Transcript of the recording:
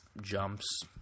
jumps